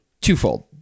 Twofold